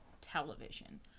television